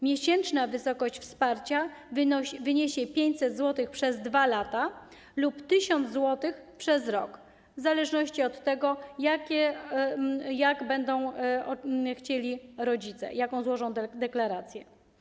Miesięczna wysokość wsparcia wyniesie 500 zł przez 2 lata lub 1000 zł przez rok, w zależności od tego, jak będą chcieli rodzice, jaką złożą deklarację.